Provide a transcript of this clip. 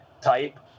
type